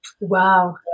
Wow